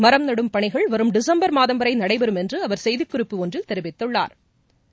மரம் நடும் பணிகள் வரும் டிசம்பர் மாதம் வரைநடைபெறும் என்றுஅவர் செய்திக்குறிப்பு ஒன்றில் தெரிவித்துள்ளாா்